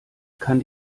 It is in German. kann